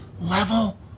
level